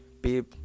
babe